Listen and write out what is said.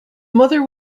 mother